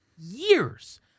Years